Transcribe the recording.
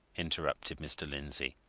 interrupted mr. lindsey.